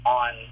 on